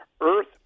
Earth